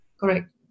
Correct